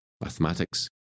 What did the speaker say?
mathematics